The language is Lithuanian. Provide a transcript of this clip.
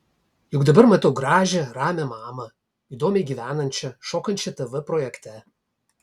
juk dabar matau gražią ramią mamą įdomiai gyvenančią šokančią tv projekte